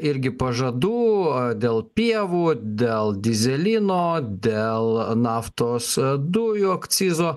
irgi pažadų o dėl pievų dėl dyzelino dėl naftos dujų akcizo